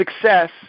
success